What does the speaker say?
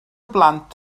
blant